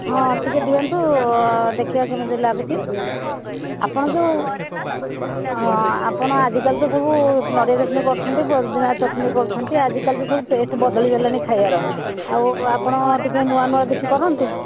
ହଁ ଟିକିଏ ଦିଅନ୍ତୁ ଦେଖିବା କେମିତି ଲାଗୁଛି ଆପଣଙ୍କୁ ଯୋଉ ଆପଣ ଆଜିକାଲି ତ ସବୁ ନଡ଼ିଆ ଚଟଣି କରୁଛନ୍ତି ପୋଦିନା ଚଟଣି କରୁଛନ୍ତି ଆଜିକାଲି ତ ସବୁ ଟେଷ୍ଟ୍ ବଦଳି ଗଲାଣି ଖାଇବାର ଆଉ ଆପଣ ଟିକିଏ ନୂଆ ନୂଆ କିଛି କରନ୍ତୁ